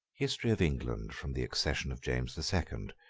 history of england from the accession of james the second